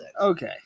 Okay